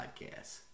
Podcast